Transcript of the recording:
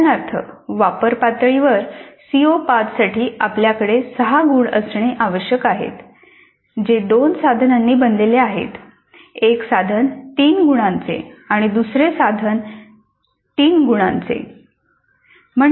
उदाहरणार्थ वापर पातळीवर सीओ 5 साठी आपल्याकडे 6 गुण असणे आवश्यक आहे जे दोन साधनांनी बनलेले आहेत एक साधन 3 गुणांचे आणि दुसरे साधन तीन गुणांचे